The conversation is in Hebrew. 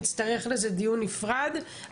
לעניין מגרש הרוסים,